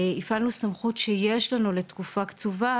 הפעלנו סמכות שיש לנו לתקופה קצובה,